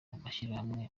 amashyirahamwe